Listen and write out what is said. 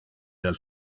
del